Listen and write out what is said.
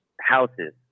houses